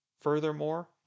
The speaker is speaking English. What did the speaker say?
Furthermore